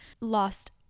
lost